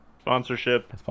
sponsorship